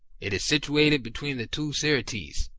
it is situated between the two syrtes,